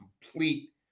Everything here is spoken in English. complete